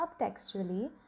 subtextually